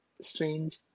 strange